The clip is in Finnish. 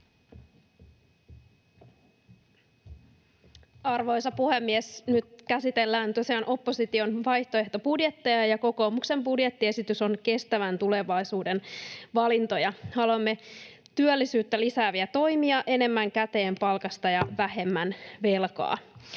Arvoisa puhemies! Nyt käsitellään tosiaan opposition vaihtoehtobudjetteja, ja kokoomuksen budjettiesitys on kestävän tulevaisuuden valintoja. Haluamme työllisyyttä lisääviä toimia, enemmän käteen palkasta ja vähemmän velkaa